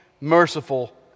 merciful